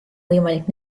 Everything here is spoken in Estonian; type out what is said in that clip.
võimalik